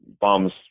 bombs